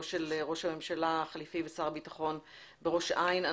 של ראש הממשלה החליפי ושר הביטחון בראש העין,